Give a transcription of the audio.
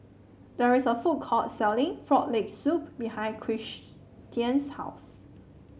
there is a food court selling Frog Leg Soup behind Christian's house